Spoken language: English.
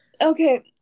Okay